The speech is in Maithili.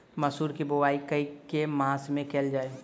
मसूर केँ बोवाई केँ के मास मे कैल जाए?